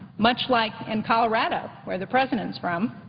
much like in colorado where the president's from,